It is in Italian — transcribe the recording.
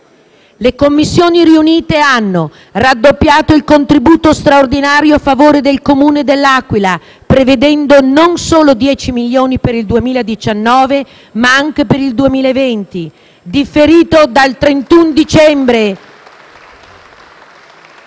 Le Commissioni riunite hanno raddoppiato il contributo straordinario a favore del Comune dell'Aquila, prevedendo non solo 10 milioni per il 2019, ma anche per il 2020 *(Applausi dai Gruppi M5S e